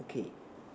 okay